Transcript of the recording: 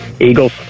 Eagles